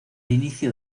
inicio